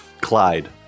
Clyde